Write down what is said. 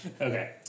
Okay